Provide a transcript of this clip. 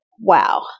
Wow